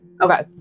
Okay